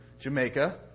Jamaica